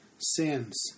sins